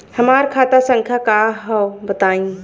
हमार खाता संख्या का हव बताई?